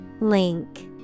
Link